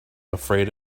afraid